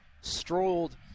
strolled